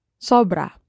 Sobra